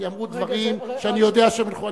כי אמרו דברים שאני יודע שהם נכונים,